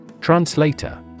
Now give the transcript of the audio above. Translator